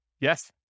Yes